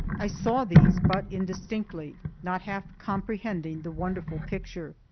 i saw these, but indistinctly, not half comprehending the wonderful picture.